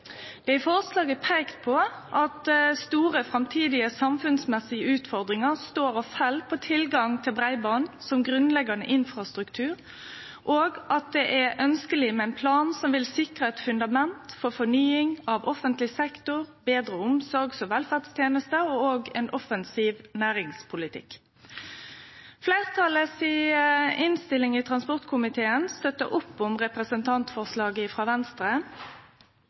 i forslaget peikt på at store, framtidige samfunnsmessige utfordringar står og fell på tilgang til breiband som grunnleggjande infrastruktur, og at det er ønskeleg med ein plan som vil sikre eit fundament for fornying av offentleg sektor, betre omsorgs- og velferdstenester, og òg ein offensiv næringspolitikk. Fleirtalet si innstilling i transportkomiteen støttar opp om representantforslaget frå Venstre,